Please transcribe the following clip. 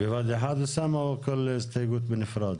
בבת אחת, אוסאמה, או כל הסתייגות בנפרד?